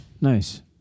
Nice